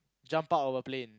jump out of a plane